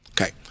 Okay